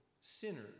sinners